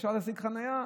אפשר להשיג חניה,